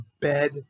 bed